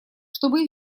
чтобы